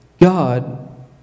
God